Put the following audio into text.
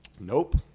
Nope